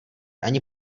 ani